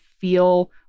feel